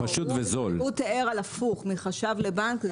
לא, הוא תיאר הפוך, מחש"ב לבנק.